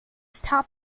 stop